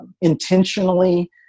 intentionally